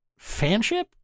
fanship